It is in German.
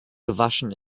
gewaschen